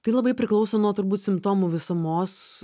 tai labai priklauso nuo turbūt simptomų visumos